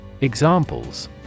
Examples